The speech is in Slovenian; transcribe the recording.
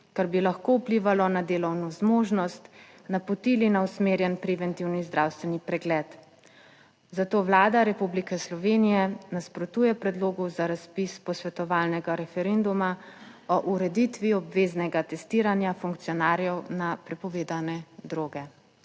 kar bi lahko vplivalo na delovno zmožnost, napotili na usmerjen preventivni zdravstveni pregled. Zato Vlada Republike Slovenije nasprotuje predlogu za razpis posvetovalnega referenduma o ureditvi obveznega testiranja funkcionarjev na prepovedane droge.